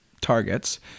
targets